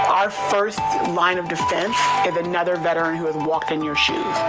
our first line of defense is another veteran who has walked in your shoes.